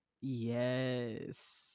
Yes